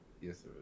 yes